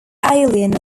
alien